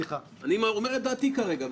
אני אומר את דעתי כרגע.